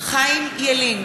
חיים ילין,